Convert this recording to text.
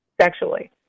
sexually